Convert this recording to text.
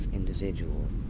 individuals